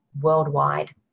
worldwide